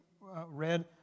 read